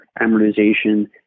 amortization